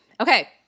Okay